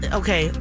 okay